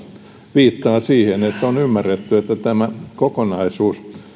viittaa siihen että on ymmärretty että tämä kokonaisuus